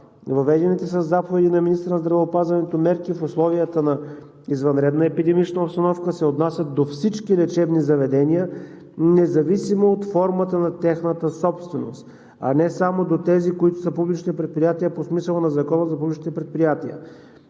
Въведените със заповеди на министъра на здравеопазването мерки в условията на извънредна епидемична обстановка се отнасят до всички лечебни заведения, независимо от формата на тяхната собственост, а не само до тези, които са публични предприятия по смисъла на Закона за публичните предприятия.